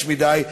רגיש מדי,